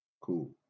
cool